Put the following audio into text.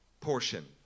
portion